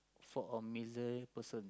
for a misery person